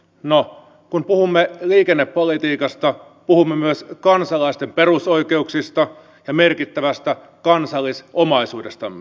no kun puhumme liikennepolitiikasta puhumme myös kansalaisten perusoikeuksista ja merkittävästä kansallisomaisuudestamme